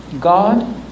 God